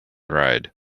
ride